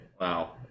wow